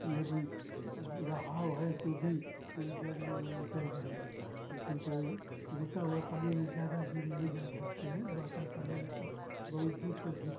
यदि बहाव है तो भी कोई डर नहीं है निकल जाएँगे लेकिन तैर रुका हुआ पानी में ज़्यादा दूर नहीं जा सकते हैं बहता पानी में तो बहुत दूर तक भी